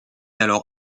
alors